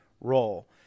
role